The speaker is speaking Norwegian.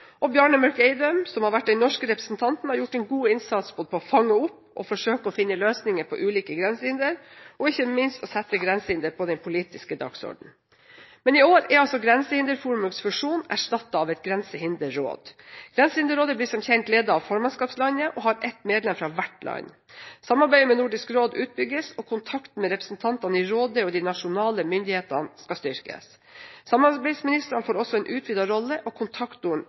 og Bjarne Mørk Eidem, som har vært den norske representanten, har gjort en god innsats både for å fange opp og forsøke å finne løsninger på ulike grensehindre, og ikke minst å sette grensehinder på den politiske dagsorden. Men i år er altså Grensehinderforumet og dets funksjon erstattet av et grensehinderråd. Grensehinderrådet blir som kjent ledet av formannskapslandet og har ett medlem fra hvert land. Samarbeidet med Nordisk råd utbygges, og kontakten med representantene i rådet og de nasjonale myndighetene skal styrkes. Samarbeidsministrene får også en utvidet rolle, og